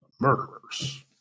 murderers